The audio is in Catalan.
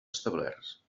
establerts